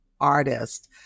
artist